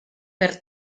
per